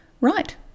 right